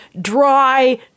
dry